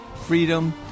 freedom